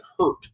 hurt